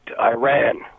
Iran